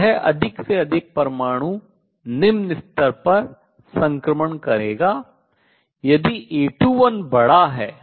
तो यह अधिक से अधिक परमाणु निम्न स्तर पर संक्रमण करेगा यदि A21 बड़ा है